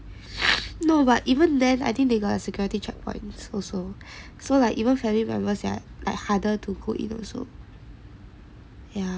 no but even then I think they got a security checkpoints also so like even family members harder to go in also ya